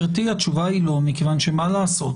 התשובה היא לא מכיוון שמה לעשות,